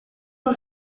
ela